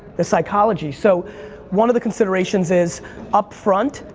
the psychology. so one of the considerations is upfront,